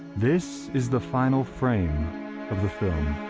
this is the final frame of the film.